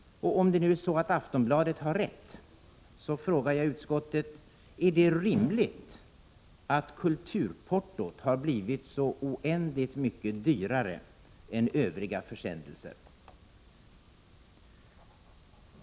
Om Aftonbladet har rätt, då frågar jag utskottets talesman: Är det rimligt att portot för kulturtidskrifter har blivit så oändligt mycket högre än portot för övriga försändelser?